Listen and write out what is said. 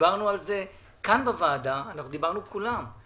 דיברנו על זה כאן בוועדה, דיברנו כולם.